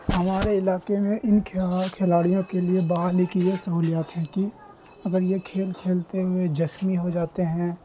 ہمارے علاقے میں ان کھلاڑیوں کے لیے بال کی یہ سہولیات ہیں کہ اگر یہ کھیل کھیلتے ہوئے زخمی ہو جاتے ہیں